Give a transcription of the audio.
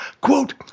Quote